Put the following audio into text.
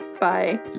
Bye